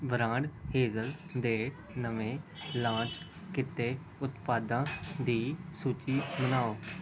brand Hazel ਦੇ ਨਵੇਂ launch ਕੀਤੇ ਉਤਪਾਦਾਂ ਦੀ ਸੂਚੀ ਬਣਾਓ